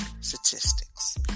statistics